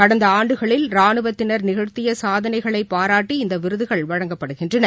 கடந்த ஆண்டுகளில் ரானுவத்தினா் நிகழ்த்திய சாதனைகளைப் பாரட்டி இந்த விருதுகள் வழங்கப்படுகின்றன